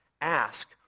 Ask